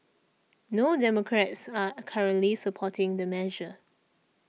no Democrats are currently supporting the measure